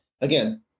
again